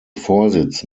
vorsitz